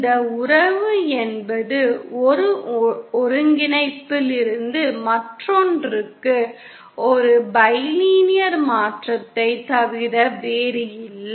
இந்த உறவு என்பது ஒரு ஒருங்கிணைப்பிலிருந்து மற்றொன்றுக்கு ஒரு பைலீனியர் மாற்றத்தைத் தவிர வேறில்லை